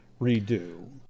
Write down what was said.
redo